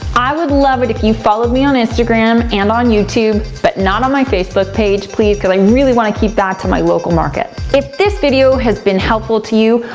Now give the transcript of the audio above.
i would love it if you followed me on instagram and on youtube, but not on my facebook page please cause i really wanna keep that to my local market. if this video has been helpful to you,